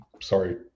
Sorry